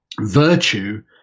virtue